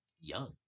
young